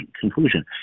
conclusion